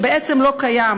שבעצם לא קיים.